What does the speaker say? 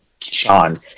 Sean